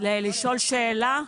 לשאול שאלה?